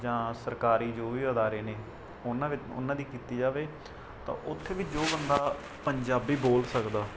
ਜਾਂ ਸਰਕਾਰੀ ਜੋ ਵੀ ਅਦਾਰੇ ਨੇ ਉਨ੍ਹਾਂ ਵਿੱਚ ਉਨ੍ਹਾਂ ਦੀ ਕੀਤੀ ਜਾਵੇ ਤਾਂ ਓਥੇ ਵੀ ਜੋ ਬੰਦਾ ਪੰਜਾਬੀ ਬੋਲ ਸਕਦਾ